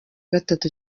gatatu